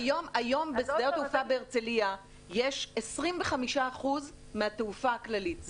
היום בשדה התעופה בהרצליה יש 25 אחוזים מהתעופה הכללית.